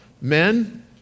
men